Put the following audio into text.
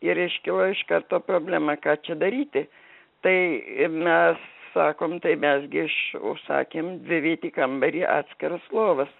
ir iškilo iš karto problema ką čia daryti tai mes sakom tai mes gi iš užsakėm dvivietį kambarį atskiras lovas